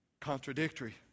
contradictory